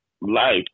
life